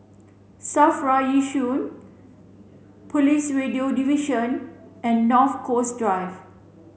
SAFRA Yishun Police Radio Division and North Coast Drive